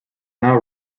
now